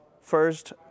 first